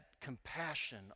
compassion